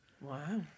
Wow